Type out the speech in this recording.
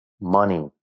money